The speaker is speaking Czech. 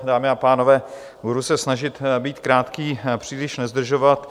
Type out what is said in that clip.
Dámy a pánové, budu se snažit být krátký, příliš nezdržovat.